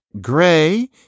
Gray